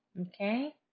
okay